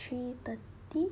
three thirty